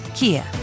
Kia